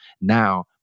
Now